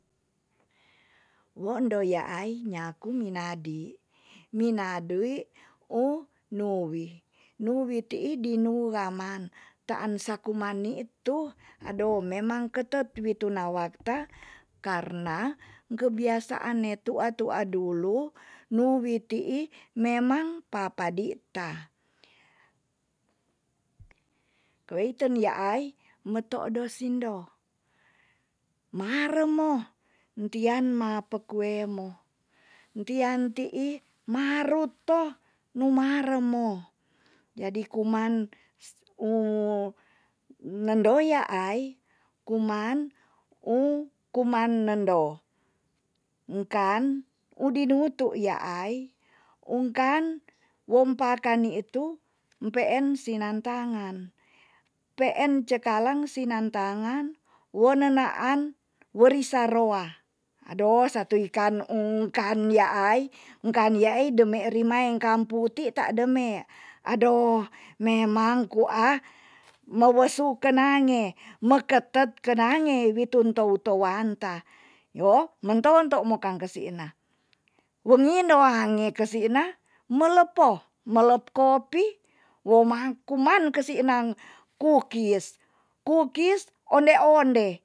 Wondo yaai nyaku minadi. minadi ung nuwi. nuwi tii dinua man taan sa kuma nitu ado memang ketet witu nawak ta karna kebiasaan ne tua tua dulu nuwi tii memang papadi ta kweiten yaai meto do sindo mare mo ntian ma pekuwe mo. ntian tii marut to nu marem mo jadi kuman ung nendo ya ai kuman ung kuman nendo ung kan udinutu yaai ung kan wo mpakanitu mpeen sinan tangan peen. peen cekalang sinantangan wo nenaan wo risa roa ado satu ikan ung kan yaai ung kan yaai demeri mae ngkan puti tademe adoh memang kua ma wesu kenange me ketet kenange witun tou towanta yo mento wonto mokang kasi ina wo ngindo haange kesi ina melepo. melep kopi wo ma kuman kesi inang kukis. kukis onde onde